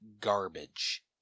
garbage